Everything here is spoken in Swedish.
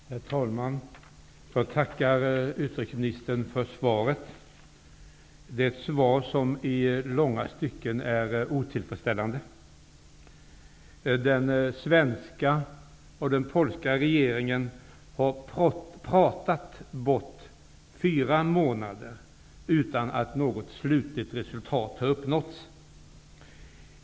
Herr talman! Jag tackar utrikesministern för svaret, det svar som i långa stycken är otillfredsställande. Den svenska och den polska regeringen har pratat bort fyra månader utan att något slutligt resultat har uppnåtts.